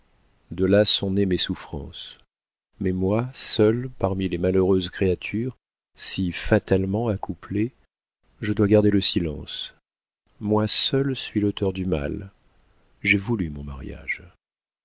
de là sont nées mes souffrances mais moi seule parmi les malheureuses créatures si fatalement accouplées je dois garder le silence moi seule suis l'auteur du mal j'ai voulu mon mariage